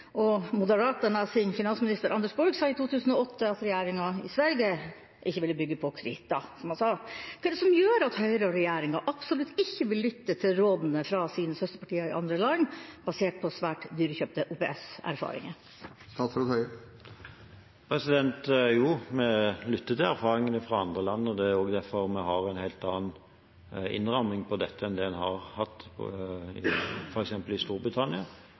Og Moderaternas finansminister Anders Borg sa i 2008 at regjeringa i Sverige ikke ville bygge på krita. Hva er det som gjør at Høyre og regjeringa absolutt ikke vil lytte til rådene fra sine søsterpartier i andre land, basert på svært dyrekjøpte OPS-erfaringer? Jo, vi lytter til erfaringene fra andre land, og det er også derfor vi har en helt annen innramming av dette enn det en har hatt f.eks. i